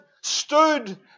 stood